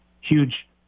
huge